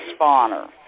spawner